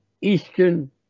Eastern